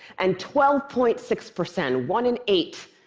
and twelve point six percent, one in eight,